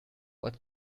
what